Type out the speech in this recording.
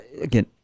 Again